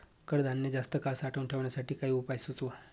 कडधान्य जास्त काळ साठवून ठेवण्यासाठी काही उपाय सुचवा?